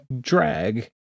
drag